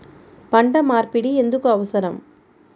పంట మార్పిడి ఎందుకు అవసరం?